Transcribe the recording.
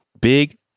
Big